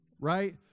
right